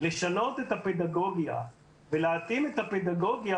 לשנות את הפדגוגיה ולהתאים את הפדגוגיה